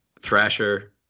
Thrasher